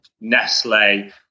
nestle